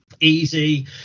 Easy